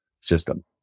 system